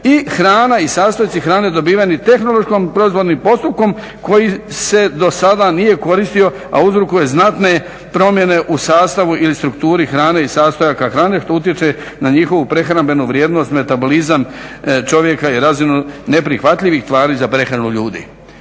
i hrana i sastojci hrane dobiveni tehnološki proizvodnim postupkom koji se do sada nije koristio a uzrokuje znatne promjene u sastavu ili strukturi hrane i sastojaka hrane što utječe na njihovu prehrambenu vrijednost, metabolizam čovjeka i razinu neprihvatljivih tvari za prehranu ljudi.